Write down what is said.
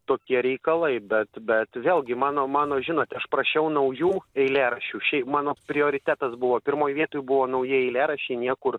tokie reikalai bet bet vėlgi mano mano žinot aš prašiau naujų eilėraščių mano prioritetas buvo pirmoj vietoj buvo nauji eilėraščiai niekur